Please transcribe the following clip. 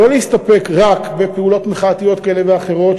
לא להסתפק רק בפעילויות מחאתיות כאלה ואחרות,